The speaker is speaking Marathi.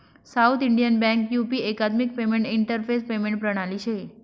साउथ इंडियन बँक यु.पी एकात्मिक पेमेंट इंटरफेस पेमेंट प्रणाली शे